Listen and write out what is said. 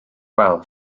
wel